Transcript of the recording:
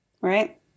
right